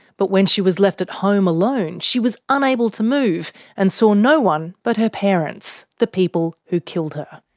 but when she was left at home alone she was unable to move and saw no one but her parents, the people who killed her.